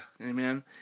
amen